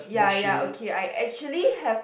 ya ya okay I actually have